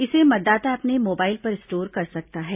इसे मतदाता अपने मोबाइल पर स्टोर कर सकता है